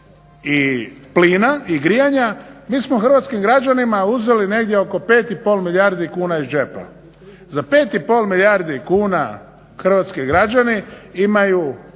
i plina i grijanja mi smo hrvatskim građanima uzeli negdje oko 5,5 milijardi kuna iz džepa. Za 5,5 milijardi kuna hrvatski građani imaju